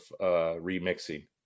remixing